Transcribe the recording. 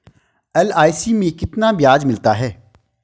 LIC में कितना ब्याज मिलता है?